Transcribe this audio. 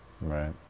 Right